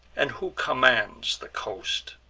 and who commands the coast?